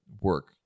work